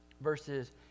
verses